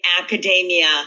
academia